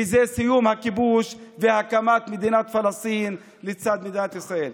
וזה סיום הכיבוש והקמת מדינת פלסטין לצד מדינת ישראל.